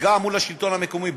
גם מול השלטון המקומי,